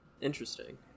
Interesting